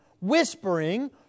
whispering